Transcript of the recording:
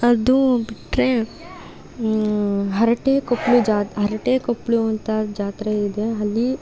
ಅದು ಬಿಟ್ಟರೆ ಹರಟೆ ಕೊಪ್ಳು ಹರಟೆ ಕೊಪ್ಳು ಅಂತ ಜಾತ್ರೆ ಇದೆ ಅಲ್ಲಿ